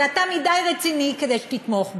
ואתה מדי רציני מכדי שתתמוך בו.